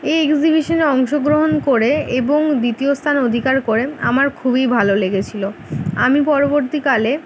এই এক্সিবিশনে অংশগ্রহণ করে এবং দ্বিতীয় স্থান অধিকার করে আমার খুবই ভালো লেগেছিলো আমি পরবর্তীকালে